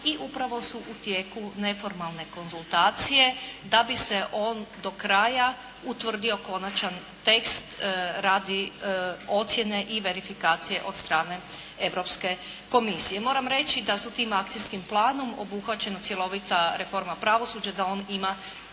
i upravo su u tijeku neformalne konzultacije da bi se on do kraja utvrdio konačan tekst radi ocjene i verifikacije od strane Europske komisije. Moram reći da su tim akcijskim planom obuhvaćena cjelokupna reforma pravosuđa, da on ima